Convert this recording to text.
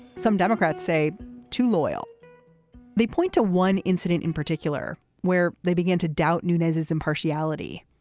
some democrats say too loyal they point to one incident in particular where they began to doubt nunez his impartiality.